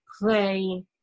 play